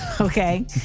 Okay